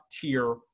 tier